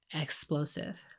explosive